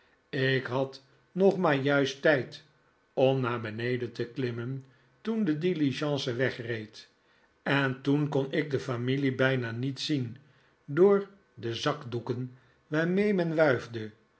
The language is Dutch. ik had nog maar juist tijd om naar beneden te klimmen toen de diligence wegreed en toen kon ik de familie bijna niet zien door de zakdoeken waarmee men wuifde